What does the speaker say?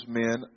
men